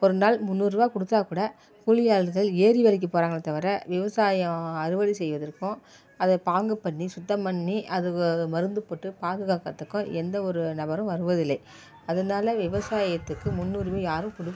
ஒரு நாள் முன்னூறுவா கொடுத்தாக்கூட கூலி ஆட்கள் ஏரி வேலைக்கு போகிறாங்களே தவர விவசாயம் அறுவடை செய்வதற்கும் அதை பாங்கு பண்ணி சுத்தம் பண்ணி அது மருந்து போட்டு பாதுகாக்கிறதுக்கும் எந்த ஒரு நபரும் வருவதில்லை அதனால் விவசாயத்துக்கு முன்னுரிமை யாரும் குடுக்